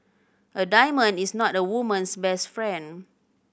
a diamond is not a woman's best friend